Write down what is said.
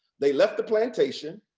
they left the plantation.